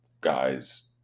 guys